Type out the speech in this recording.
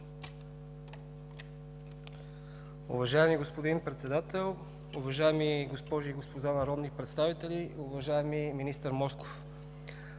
Уважаеми господин Председател, уважаеми госпожи и господа народни представители, уважаеми министър Москов!